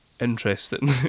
interesting